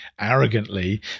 arrogantly